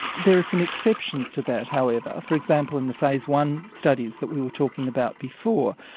there are some exceptions to that, however, for example in the phase one studies that we were talking about before.